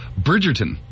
Bridgerton